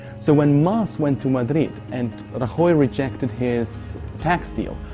so when mas went to madrid and but rajoy rejected his tax deal,